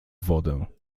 wodę